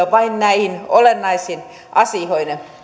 keskittyä vain näihin olennaisiin asioihin